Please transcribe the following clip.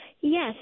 Yes